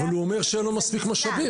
אבל הוא אומר שאין לו מספיק משאבים,